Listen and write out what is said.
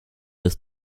des